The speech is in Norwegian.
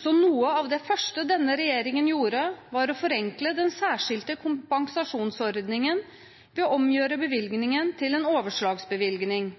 så noe av det første denne regjeringen gjorde, var å forenkle den særskilte kompensasjonsordningen ved å omgjøre bevilgningen til en overslagsbevilgning.